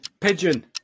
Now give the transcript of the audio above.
Pigeon